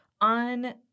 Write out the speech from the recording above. on